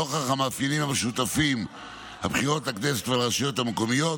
נוכח המאפיינים המשותפים של הבחירות לכנסת ולרשויות המקומיות,